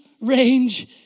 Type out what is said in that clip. range